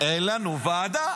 אין לנו ועדה.